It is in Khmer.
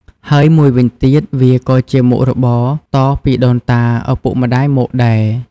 ហើយមួយវិញទៀត វាក៏ជាមុខរបរតពីដូនតា ឪពុកម្ដាយមកដែរ ។